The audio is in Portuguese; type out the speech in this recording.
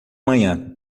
manhã